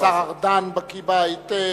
השר ארדן בקי בה היטב,